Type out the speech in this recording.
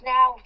Now